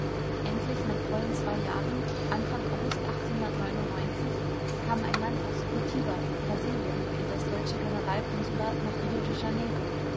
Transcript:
endlich nach vollen zwei jahren anfang august kam ein mann aus curtiba brasilien in das deutsche generalkonsulat nach rio de janeiro